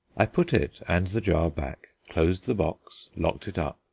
i put it and the jar back, closed the box, locked it up,